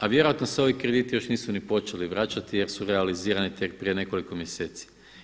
A vjerojatno se ovi krediti još nisu ni počeli vraćati jer su realizirani tek prije nekoliko mjeseci.